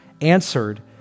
answered